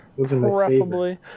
Preferably